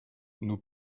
nous